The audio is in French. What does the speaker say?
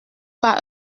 pas